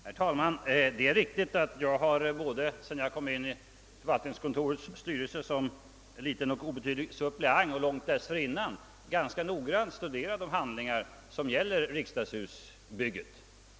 Herr talman! Det är riktigt att jag, både sedan jag kom in i förvaltningskontorets styrelse som liten och obetydlig suppleant och långt dessförinnan, ganska noggrant studerat de handlingar som gäller riksdagshusbygget.